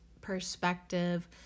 perspective